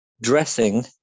dressing